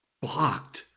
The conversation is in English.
Blocked